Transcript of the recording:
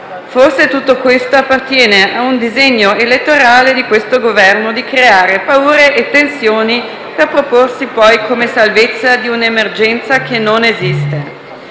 Forse tutto questo appartiene a un disegno elettorale di questo Governo di creare paure e tensioni per proporsi poi come salvezza di un'emergenza che non esiste.